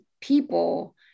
people